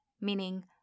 meaning